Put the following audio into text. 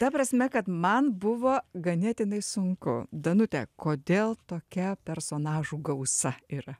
ta prasme kad man buvo ganėtinai sunku danute kodėl tokia personažų gausa yra